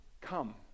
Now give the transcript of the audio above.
come